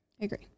Agree